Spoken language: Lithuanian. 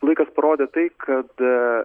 laikas parodė tai kad